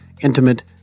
Intimate